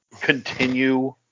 continue